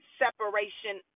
separation